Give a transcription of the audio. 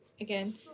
Again